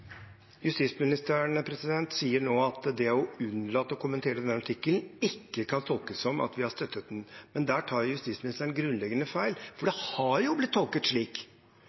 sier nå at det å unnlate å kommentere denne artikkelen ikke kan tolkes som at vi har støttet den. Men der tar justisministeren grunnleggende feil, for det har jo blitt tolket slik.